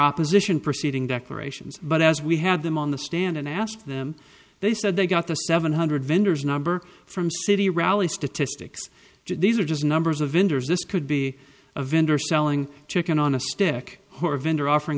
opposition proceeding decorations but as we had them on the stand and asked them they said they got the seven hundred vendors number from city rally statistics these are just numbers of vendors this could be a vendor selling chicken on a stick vendor offering